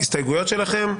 ההסתייגויות שלכם.